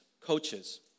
coaches